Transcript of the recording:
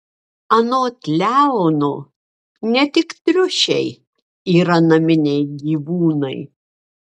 anot leono ne tik triušiai yra naminiai gyvūnai